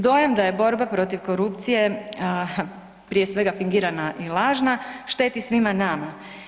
Dojam da je borba protiv korupcije prije svega fingirana i lažna, šteti svima nama.